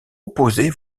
opposés